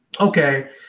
Okay